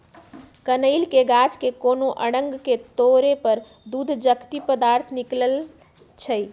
कनइल के गाछ के कोनो अङग के तोरे पर दूध जकति पदार्थ निकलइ छै